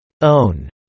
own